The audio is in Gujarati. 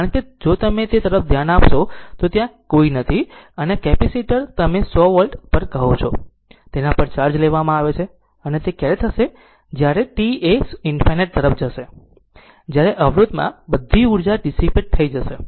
કારણ કે જો તમે તે તરફ ધ્યાન આપશો તો ત્યાં કોઈ નથી અને આ કેપેસિટર તમે 100 વોલ્ટ પર કહો છો તેના પર ચાર્જ લેવામાં આવે છે અને તે ક્યારે થશે અને જ્યારે t એ ∞ તરફ જશે ત્યારે અવરોધમાં બધી ઉર્જા ડીસીપેટ થઈ જશે